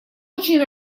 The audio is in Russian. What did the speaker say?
очень